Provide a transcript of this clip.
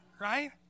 Right